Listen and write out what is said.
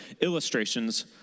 illustrations